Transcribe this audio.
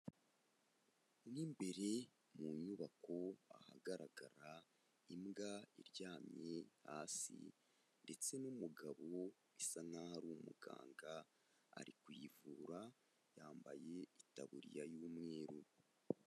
Mo imbere mu nyubako ahagarara imbwa iryamye hasi ndetse n'umugabo bisa nkaho ari umuganga ari kuyivura, yambaye itaburiya y'umweru.